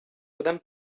podem